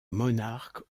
monarque